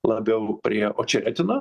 labiau prie očetina